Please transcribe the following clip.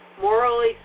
morally